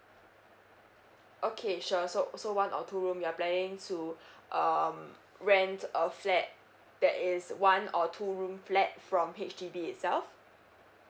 okay sure so so one or two room you are planning to um rent a flat that is a one or two room flat from H_D_B itself